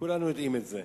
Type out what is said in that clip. כולנו יודעים את זה.